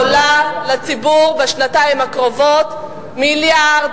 עולה לציבור בשנתיים הקרובות 1.2 מיליארד